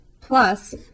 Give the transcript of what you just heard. plus